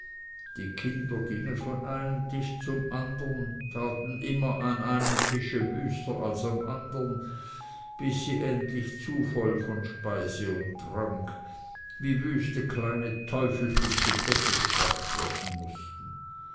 die kinder gingen von einem tisch zum andern taten immer an einem tisch wüster als am andern bis sie endlich zu voll von speise und trank wie wüste kleine teufelchen zu bette gebracht werden mußten